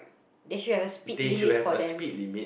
they should have a speed limit for them